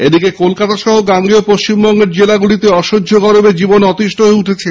এদিকে কলকাতা সহ গাঙ্গেয় পশ্চিমবঙ্গের জেলাগুলিতে অসহ্য গরমে জীবন অতিষ্ট হয়ে উঠেছে